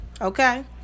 okay